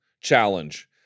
challenge